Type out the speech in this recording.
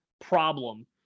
problem